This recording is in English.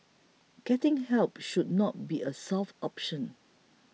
getting help should not be a soft option